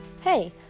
Hey